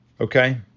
Okay